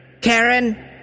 Karen